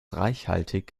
reichhaltig